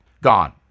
gone